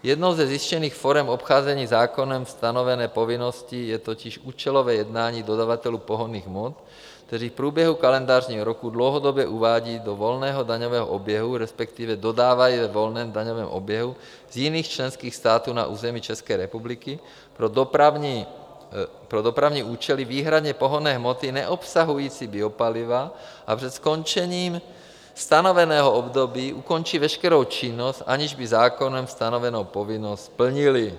Jednou ze zjištěných forem obcházení zákonem stanovené povinnosti je totiž účelové jednání dodavatelů pohonných hmot, kteří v průběhu kalendářního roku dlouhodobě uvádí do volného daňového oběhu, resp. dodávají ve volném daňovém oběhu z jiných členských států na území České republiky pro dopravní účely výhradně pohonné hmoty neobsahující biopalivo a před skončení stanoveného období ukončí veškerou činnost, aniž by zákonem stanovenou povinnost splnili.